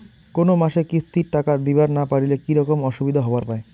কোনো মাসে কিস্তির টাকা দিবার না পারিলে কি রকম অসুবিধা হবার পায়?